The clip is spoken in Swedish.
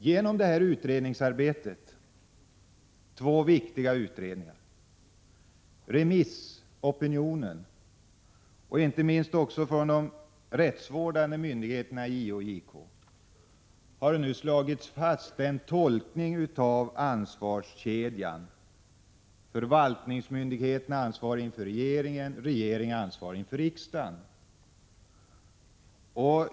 Genom två viktiga utredningars arbete, genom remissopinionen och inte minst genom uttalanden från de rättsvårdande myndigheterna JO och JK har det nu slagits fast en tolkning av ansvarskedjan: förvaltningsmyndigheterna är ansvariga inför regeringen, regeringen är ansvarig inför riksdagen.